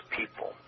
people